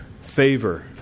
favor